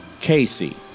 Casey